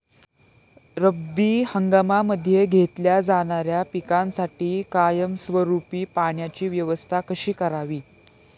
रब्बी हंगामामध्ये घेतल्या जाणाऱ्या पिकांसाठी कायमस्वरूपी पाण्याची व्यवस्था कशी करावी?